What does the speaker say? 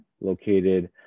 located